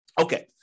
Okay